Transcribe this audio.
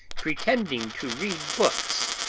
pretending to read books,